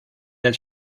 del